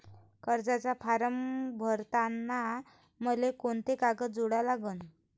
कर्जाचा फारम भरताना मले कोंते कागद जोडा लागन?